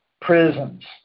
prisons